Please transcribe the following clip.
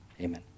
amen